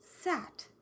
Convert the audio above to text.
sat